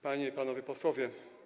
Panie i Panowie Posłowie!